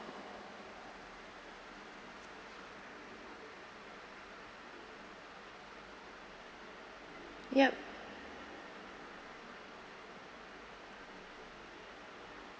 yup